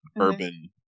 urban